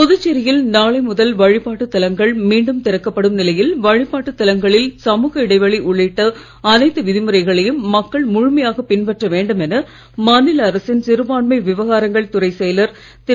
புதுச்சேரியில் நாளை முதல் வழிபாட்டுத் தலங்கள் மீண்டும் திறக்கப்படும் நிலையில் வழிபாட்டுத் தலங்களில் சமூக இடைவெளி உள்ளிட்ட அனைத்து விதிமுறைகளையும் மக்கள் முழுமையாக பின்பற்ற வேண்டும் என மாநில அரசின் சிறுபான்மை விவகாரங்கள் துறை செயலர் திரு